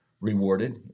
rewarded